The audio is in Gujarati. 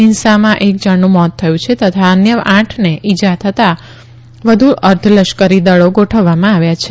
હિંસામાં એક જણનું મોત થયું છે તથા અન્ય આઠને ઇજાઓ થતાં વધુ અર્ધલશ્કરી દળો ગોઠવવામાં આવ્યા છે